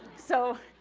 so,